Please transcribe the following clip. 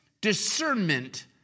discernment